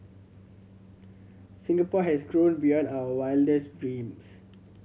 Singapore has grown beyond our wildest dreams